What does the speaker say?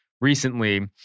recently